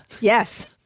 Yes